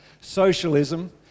Socialism